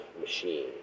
machine